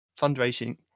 fundraising